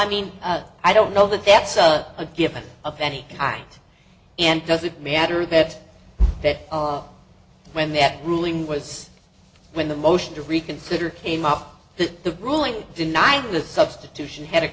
i mean i don't know that that's a given of any height and does it matter that that when that ruling was when the motion to reconsider came up the ruling denying the substitution had